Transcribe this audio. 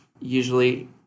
usually